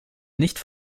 nicht